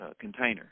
container